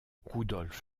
rudolf